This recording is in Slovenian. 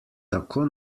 tako